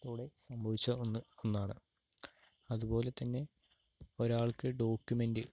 കൂടെ സംഭവിച്ച ഒന്ന് ഒന്നാണ് അതുപോലെതന്നെ ഒരാൾക്ക് ഡോക്യുമെന്റ്